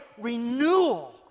renewal